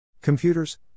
Computers